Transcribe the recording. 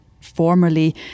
formerly